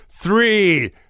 three